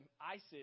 ISIS